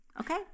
okay